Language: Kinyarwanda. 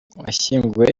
washyinguwe